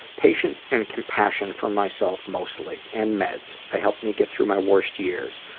patience and compassion for myself mostly. and meds. they help me get through my worst years.